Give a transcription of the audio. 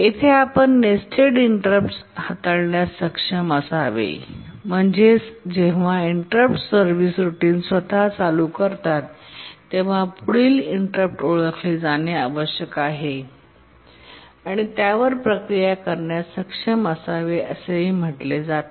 येथे आपण nested interrupts हाताळण्यास सक्षम असावे म्हणजेच जेव्हा इंटरप्ट्स सर्व्हिस रूटीन स्वतः चालू करतात तेव्हा पुढील इंटरप्ट ओळखले जाणे आवश्यक आहे आणि त्यावर प्रक्रिया करण्यास सक्षम असावे असेही म्हंटले जाते